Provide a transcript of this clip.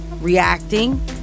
reacting